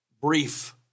brief